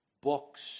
books